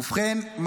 ובכן,